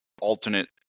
alternate